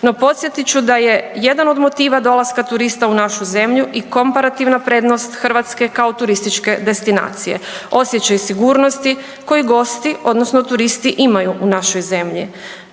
no podsjetit ću da je jedan od motiva dolaska turista u našu zemlju i komparativna prednost Hrvatske kao turističke destinacije, osjećaj sigurnosti koji gosti odnosno turisti imaju u našoj zemlji.